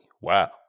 Wow